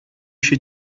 się